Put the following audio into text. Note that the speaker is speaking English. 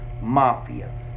Mafia